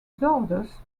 disorders